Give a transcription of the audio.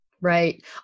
Right